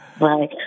Right